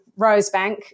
Rosebank